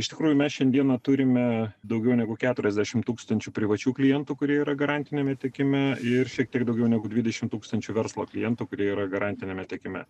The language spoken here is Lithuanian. iš tikrųjų mes šiandieną turime daugiau negu keturiasdešimt tūkstančių privačių klientų kurie yra garantiniame tiekime ir šiek tiek daugiau negu dvidešimt tūkstančių verslo klientų kurie yra garantiniame tiekime